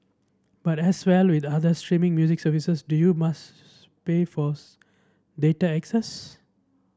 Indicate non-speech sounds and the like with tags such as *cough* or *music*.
but as well with other streaming music services do you must pay for *unintelligible* data access